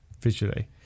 visually